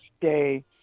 day